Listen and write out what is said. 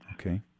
Okay